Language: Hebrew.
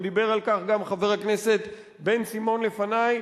ודיבר על כך גם חבר הכנסת בן-סימון לפני,